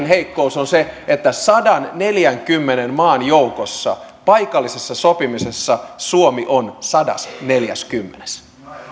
heikkous on se että sadanneljänkymmenen maan joukossa paikallisessa sopimisessa suomi on sadasneljäskymmenes